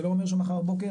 זה לא אומר שמחר בבוקר,